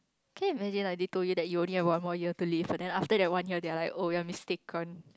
can you imagine like they told you that you only have one more year to live but then after that one year they are like you're mistaken